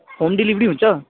home delivery हुन्छ